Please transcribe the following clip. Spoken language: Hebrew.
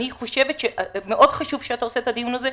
אני חושבת שמאוד חשוב שאתה מקיים את הדיון הזה,